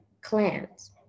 clans